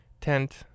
tent